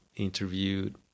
interviewed